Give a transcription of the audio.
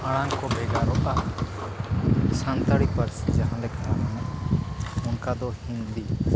ᱟᱲᱟᱝ ᱠᱚ ᱵᱷᱮᱜᱟᱨᱚᱜᱼᱟ ᱥᱟᱱᱛᱟᱲᱤ ᱯᱟᱹᱨᱥᱤ ᱡᱟᱦᱟᱸᱞᱮᱠᱟ ᱚᱱᱠᱟ ᱫᱚ ᱦᱤᱱᱫᱤ